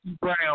Brown